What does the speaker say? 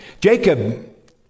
Jacob